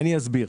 אני אסביר: